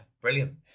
brilliant